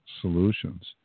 solutions